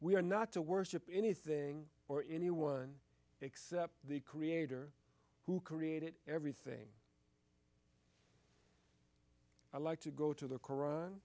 we are not to worship anything or anyone except the creator who created everything i like to go to the koran